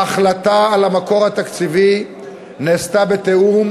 ההחלטה על המקור התקציבי נעשתה בתיאום